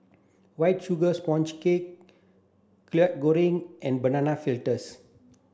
white sugar sponge cake Kwetiau Goreng and banana fritters